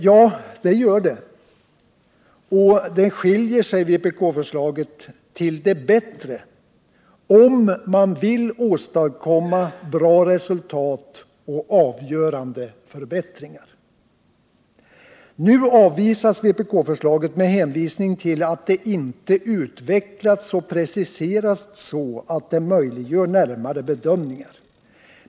Ja, det gör det, och vpk-förslaget skiljer sig till det bättre om man vill åstadkomma bra resultat och avgörande förbättringar. Nu avvisas vpkförslaget med hänvisning till att det inte utvecklats och preciserats så att det möjliggör närmare bedömningar.